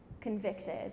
convicted